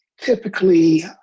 typically